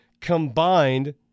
combined